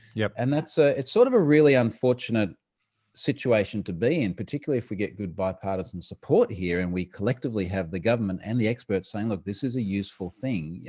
yeah and ah it's sort of a really unfortunate situation to be in, particularly if we get good bipartisan support here and we collectively have the government and the experts saying, look, this is a useful thing. yeah